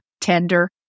tender